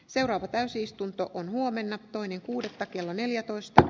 seuraava täysistunto on huomenna toinen kuudetta kello neljätoista